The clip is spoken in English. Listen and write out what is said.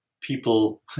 people